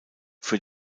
für